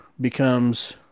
becomes